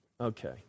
Okay